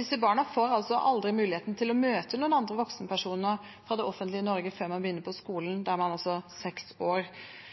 Disse barna får aldri muligheten til å møte noen andre voksenpersoner fra det offentlige Norge før man begynner på skolen,